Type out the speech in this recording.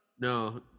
No